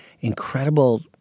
incredible